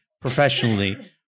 professionally